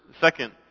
second